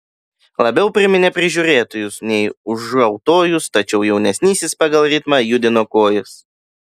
labiau priminė prižiūrėtojus nei ūžautojus tačiau jaunesnysis pagal ritmą judino kojas